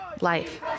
Life